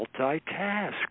multitask